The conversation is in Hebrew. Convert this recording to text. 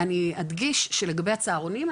אני אדגיש שלגבי הצהרונים,